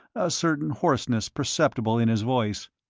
a certain hoarseness perceptible in his voice,